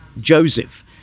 Joseph